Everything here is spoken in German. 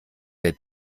der